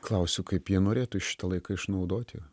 klausiu kaip jie norėtų šitą laiką išnaudoti